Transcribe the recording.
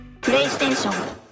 PlayStation